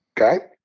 Okay